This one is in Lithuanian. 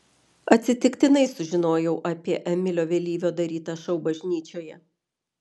atsitiktinai sužinojau apie emilio vėlyvio darytą šou bažnyčioje